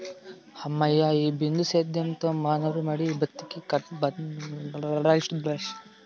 హమ్మయ్య, ఈ బిందు సేద్యంతో మా నారుమడి బతికి బట్టకట్టినట్టే